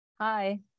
Hi